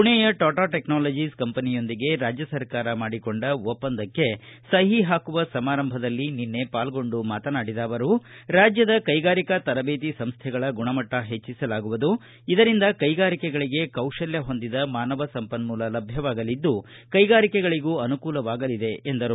ಮಣೆ ಟಾಟಾ ಟೆಕ್ನಾಲಜಿಸ್ ಕಂಪನಿಯೊಂದಿಗೆ ರಾಜ್ಯ ಸರ್ಕಾರ ಮಾಡಿಕೊಂಡ ಒಪ್ಪಂದಕ್ಕೆ ಸಹಿ ಹಾಕುವ ಸಮಾರಂಭದಲ್ಲಿ ನಿನ್ನೆ ಪಾಲೊಂಡು ಮಾತನಾಡಿದ ಅವರು ರಾಜ್ಯದ ಕೈಗಾರಿಕಾ ತರಬೇತಿ ಸಂಸ್ವೆಗಳ ಗುಣಮಟ್ಟ ಹೆಚ್ಚಿಸಲಾಗುವುದು ಇದರಿಂದ ಕೈಗಾರಿಕೆಗಳಿಗೆ ಕೌಶಲ್ಯ ಹೊಂದಿದ ಮಾನವ ಸಂಪನ್ಮೂಲ ಲಭ್ಯವಾಗಲಿದ್ದು ಕೈಗಾರಿಕೆಗಳಿಗೂ ಅನುಕೂಲವಾಗಲಿದೆ ಎಂದರು